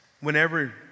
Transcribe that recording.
whenever